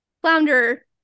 flounder